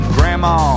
Grandma